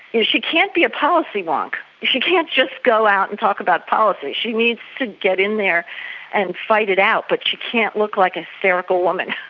she can't be a policy wonk, she can't just go out and talk about policy, she needs to get in there and fight it out, but she can't look like a hysterical woman.